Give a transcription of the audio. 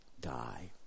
die